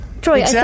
Troy